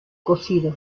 cocido